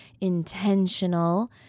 intentional